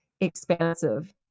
expansive